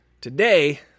today